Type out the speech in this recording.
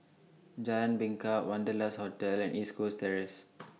Jalan Bingka Wanderlust Hotel and East Coast Terrace